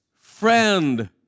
Friend